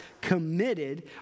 committed